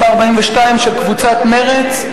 של קבוצת מרצ,